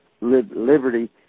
Liberty